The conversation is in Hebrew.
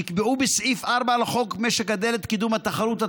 נקבעו בסעיף 4 לחוק משק הדלק (קידום התחרות),